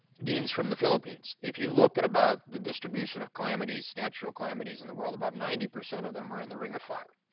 deans from the philippines. if you look at about the distribution of calamities, natural calamities in the world about ninety percent of them are in the ring of fire.